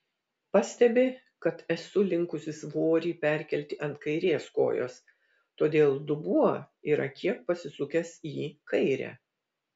pastebi kad esu linkusi svorį perkelti ant kairės kojos todėl dubuo yra kiek pasisukęs į kairę